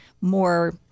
more